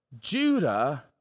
Judah